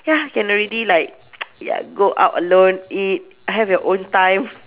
ya can already like ya go out alone eat have your own time